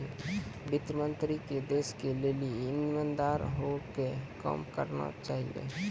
वित्त मन्त्री के देश के लेली इमानदार होइ के काम करना चाहियो